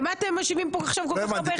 למה אתם מושיבים פה עכשיו כל כך הרבה ח"כים?